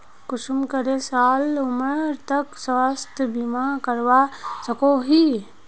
कुंसम करे साल उमर तक स्वास्थ्य बीमा करवा सकोहो ही?